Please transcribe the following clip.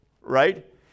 Right